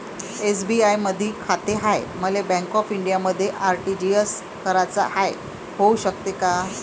SBI मधी खाते हाय, मले बँक ऑफ इंडियामध्ये आर.टी.जी.एस कराच हाय, होऊ शकते का?